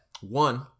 one